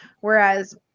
whereas